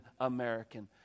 American